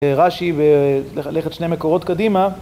רשי, וללכת שני מקורות קדימה.